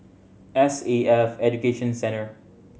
S A F Education Centre